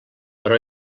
però